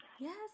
Yes